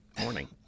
morning